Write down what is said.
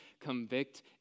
convict